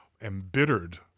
embittered